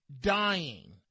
dying